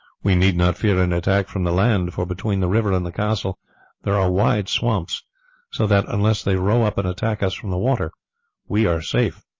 we need not fear an attack from the land, for between the river and the castle there are wide swamps so that unless they row up and attack us from the water we are safe.